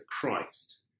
Christ